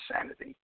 insanity